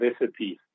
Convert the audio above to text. recipes